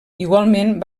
igualment